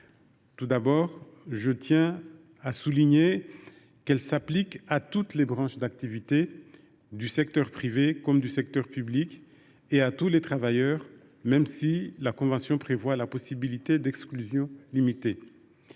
Tout d’abord, je tiens à souligner que ce texte s’applique à toutes les branches d’activité, du secteur privé comme du secteur public, et à tous les travailleurs, même s’il prévoit des exclusions limitées.